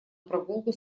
прогулку